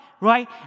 right